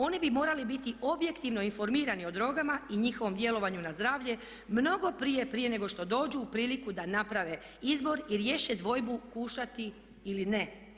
Oni bi morali biti objektivno informirani o drogama i njihovom djelovanju na zdravlje mnogo prije, prije nego što dođu u priliku da naprave izbor i riješe dvojbu kušati ili ne.